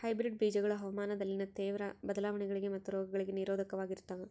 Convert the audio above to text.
hybrid ಬೇಜಗಳು ಹವಾಮಾನದಲ್ಲಿನ ತೇವ್ರ ಬದಲಾವಣೆಗಳಿಗೆ ಮತ್ತು ರೋಗಗಳಿಗೆ ನಿರೋಧಕವಾಗಿರ್ತವ